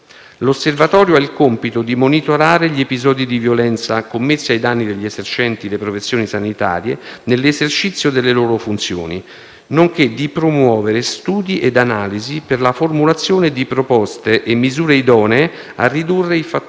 L'osservatorio ha il compito di monitorare gli episodi di violenza commessi ai danni degli esercenti le professioni sanitarie nell'esercizio delle loro funzioni, nonché di promuovere studi ed analisi per la formulazione di proposte e misure idonee a ridurre i fattori